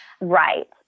Right